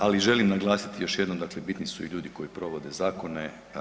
Ali želim naglasiti još jednom, dakle bitni su i ljudi koji provode zakone.